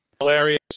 hilarious